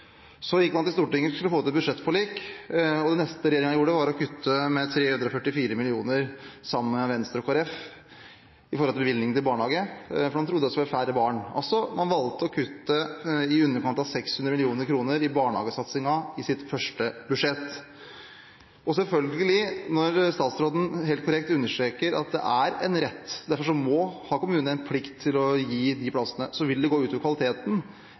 skulle få til et budsjettforlik, og det neste regjeringen gjorde, sammen med Venstre og Kristelig Folkeparti, var å kutte med 344 mill. kr i bevilgningene til barnehage fordi man trodde det skulle være færre barn i barnehage. Man valgte altså å kutte i underkant av 600 mill. kr i barnehagesatsingen i sitt første budsjett. Og selvfølgelig, når statsråden helt korrekt understreker at det er en rett, og at kommunene derfor må ha en plikt til å gi de plassene, vil det gå ut over kvaliteten